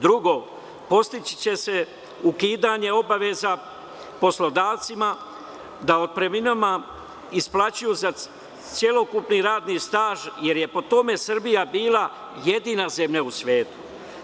drugo, postići će se ukidanje obaveza poslodavcima da otpremninama isplaćuju za celokupni radni staž jer je po tome Srbija bila jedina zemlja u svetu.